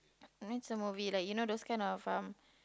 I need some movie like you know those kind of um